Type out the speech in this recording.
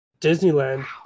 Disneyland